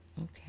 Okay